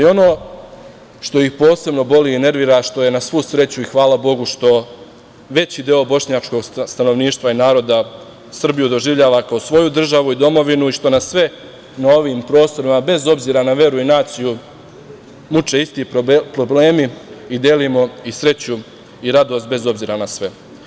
Ono što ih posebno boli i nervira što je na svu sreću i hvala Bogu što veći deo bošnjačkog stanovništva i naroda Srbiju doživljava kao svoju državu i domovinu i što nas sve na ovim prostorima, bez obzira na veru i naciju, muče isti problemi i delimo sreću i radost bez obzira na sve.